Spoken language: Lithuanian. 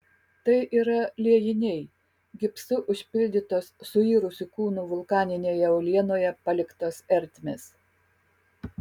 tai yra liejiniai gipsu užpildytos suirusių kūnų vulkaninėje uolienoje paliktos ertmės